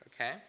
okay